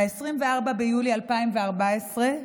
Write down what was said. ב-24 ביולי 2014,